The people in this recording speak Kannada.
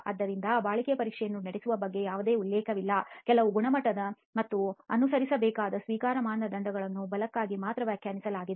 ಆದ್ದರಿಂದ ಬಾಳಿಕೆ ಪರೀಕ್ಷೆಯನ್ನು ನಡೆಸುವ ಬಗ್ಗೆ ಯಾವುದೇ ಉಲ್ಲೇಖವಿಲ್ಲ ಕೆಲವು ಗುಣಮಟ್ಟ ಮತ್ತು ಅನುಸರಿಸಬೇಕಾದ ಸ್ವೀಕಾರ ಮಾನದಂಡಗಳನ್ನು ಬಲಕ್ಕಾಗಿ ಮಾತ್ರ ವ್ಯಾಖ್ಯಾನಿಸಲಾಗಿದೆ